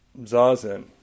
Zazen